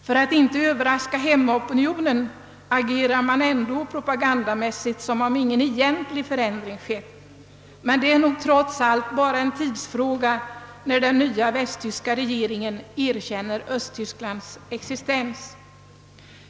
För att inte överraska hemopinionen agerar man ändå propagandamässigt som om ingen egentlig förändring skett. Men det är nog trots allt bara en tidsfråga när den nya västtyska regeringen erkänner Östtysklands existens.